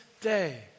day